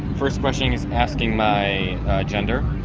first question is asking my gender.